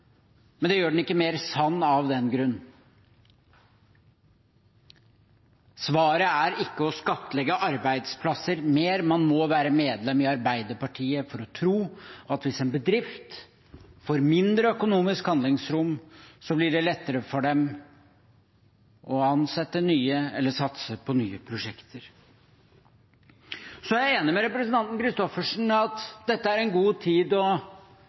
Men det gjør den ikke mer sann av den grunn. Svaret er ikke å skattlegge arbeidsplasser mer. Man må være medlem i Arbeiderpartiet for å tro at hvis en bedrift får mindre økonomisk handlingsrom, blir det lettere for dem å ansette nye eller satse på nye prosjekter. Så er jeg enig med representanten Christoffersen i at dette er en god tid å